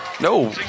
No